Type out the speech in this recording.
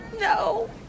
No